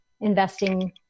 investing